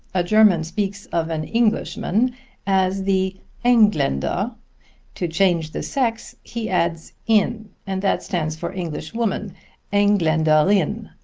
a german speaks of an englishman as the englannder to change the sex, he adds inn, and that stands for englishwoman englanderinn.